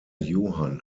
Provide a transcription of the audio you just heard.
johann